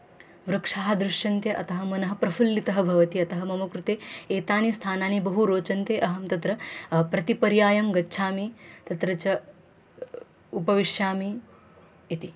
वृक्षाः दृश्यन्ते अतः मनः प्रफ़ुल्लितं भवति अतः मम कृते एतानि स्थानानि बहु रोचन्ते अहं तत्र प्रतिपर्यायं गच्छामि तत्र च उपविशामि इति